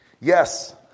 Yes